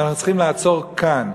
ואנחנו צריכים לעצור כאן.